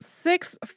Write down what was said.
six